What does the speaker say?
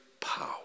power